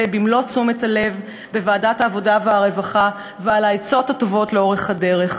במלוא תשומת הלב בוועדת העבודה והרווחה ועל העצות הטובות לאורך הדרך.